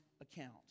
account